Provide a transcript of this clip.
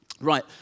Right